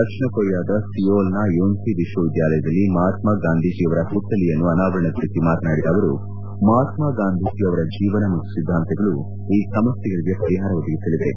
ದಕ್ಷಿಣ ಕೊರಿಯಾದ ಸಿಯೋಲ್ನ ಯೋನ್ಲಿ ವಿಶ್ವವಿದ್ಯಾಲಯದಲ್ಲಿ ಮಹಾತ್ಮ ಗಾಂಧೀಜಿಯವರ ಅನಾವರಣಗೊಳಿಸಿ ಮಾತನಾಡಿದ ಅವರು ಮಹಾತ್ನ ಗಾಂಧೀಜಿ ಅವರ ಜೀವನ ಮತ್ತು ಸಿದ್ದಾಂತಗಳು ಈ ಸಮಸ್ನೆಗಳಿಗೆ ಪರಿಹಾರ ಒದಗಿಸಲಿವೆ